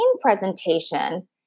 presentation